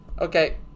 Okay